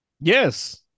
Yes